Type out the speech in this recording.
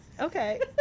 Okay